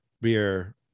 beer